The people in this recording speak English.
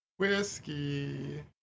Whiskey